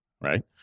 right